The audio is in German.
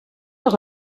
doch